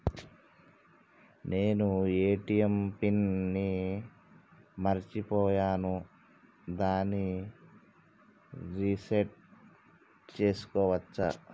నేను ATM pin ని మరచిపోయాను దాన్ని రీ సెట్ చేసుకోవచ్చా?